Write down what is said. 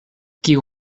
kiu